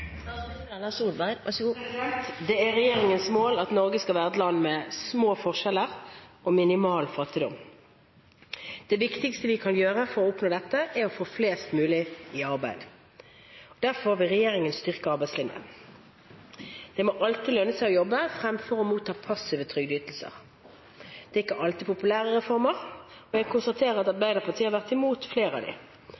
Det er regjeringens mål at Norge skal være et land med små forskjeller og minimal fattigdom. Det viktigste vi kan gjøre for å oppnå dette, er å få flest mulig i arbeid. Derfor vil regjeringen styrke arbeidslinjen. Det må alltid lønne seg å jobbe fremfor å motta passive trygdeytelser. Dette er ikke alltid populære reformer, og jeg konstaterer at